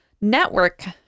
network